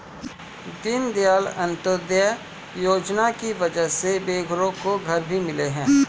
दीनदयाल अंत्योदय योजना की वजह से बेघरों को घर भी मिले हैं